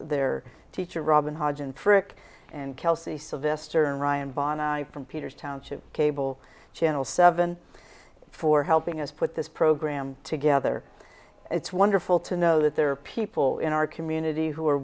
their teacher robin hodge and prick and kelsey sylvester and ryan bond from peter's township cable channel seven for helping us put this program together it's wonderful to know that there are people in our community who are